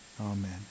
Amen